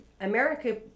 America